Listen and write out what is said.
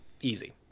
Easy